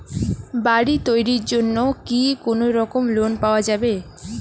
বাড়ি তৈরির জন্যে কি কোনোরকম লোন পাওয়া যাবে?